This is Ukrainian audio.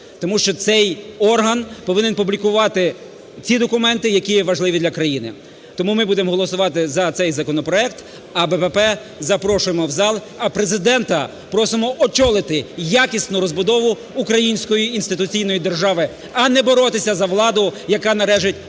тому що цей орган повинен публікувати ті документи, які є важливі для країни. Тому ми будемо голосувати за цей законопроект, а БПП запрошуємо в зал, а Президента просимо очолити якісну розбудову української інституційної держави, а не боротися за владу, яка належить олігархам